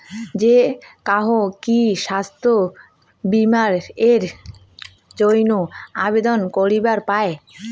যে কাহো কি স্বাস্থ্য বীমা এর জইন্যে আবেদন করিবার পায়?